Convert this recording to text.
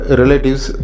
relatives